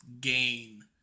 gain